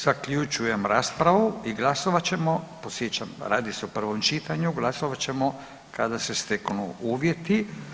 Zaključujem raspravu i glasovat ćemo, podsjećam, radi se o prvom čitanju, glasovat ćemo kada se steknu uvjeti.